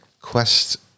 quest